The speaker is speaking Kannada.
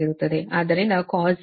ಆದ್ದರಿಂದ Cos R1 0